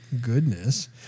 goodness